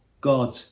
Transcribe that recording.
God